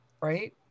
Right